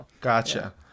Gotcha